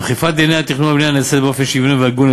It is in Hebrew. אכיפת דיני התכנון והבנייה נעשית באופן שוויוני והגון,